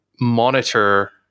monitor